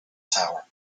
tower